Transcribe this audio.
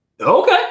Okay